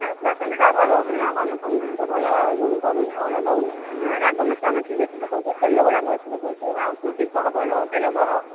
ଆରେ ପ୍ରଶାନ୍ତଟା ଭଲ ହୋଟେଲ୍ ନୁହେଁ ନା କ'ଣ ମୁଁ ଶୁଣିଥିଲି ଭଲ କରୁନି ଭଲ ଦେଉନି ରାଗ ମିଶା ମସଲା ମାସିଲି ବହୁତ ପକାଉଛି ତେଲଗୁଡ଼ା ବହୁତ ପକାଉଛି କେଉଁଠି କୁହ ଭଲ ହୋଟେଲ୍ କୁହ